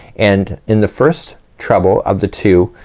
and in the first treble of the two,